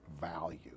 value